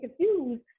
confused